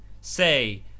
say